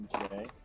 Okay